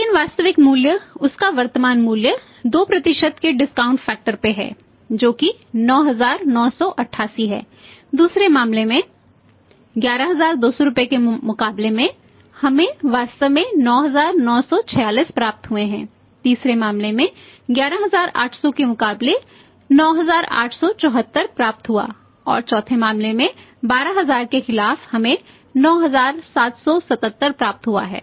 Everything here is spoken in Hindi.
लेकिन वास्तविक मूल्य उस का वर्तमान मूल्य 2 के डिस्काउंट फैक्टर पर है जो कि 9988 है दूसरे मामले में 11200 रुपये के मुकाबले हमें वास्तव में 9946 प्राप्त हुए हैं तीसरे मामले में 11800 के मुकाबले 9874 प्राप्त हुआ और चौथे मामले में 12000 के खिलाफ हमें 9777 प्राप्त हुआ है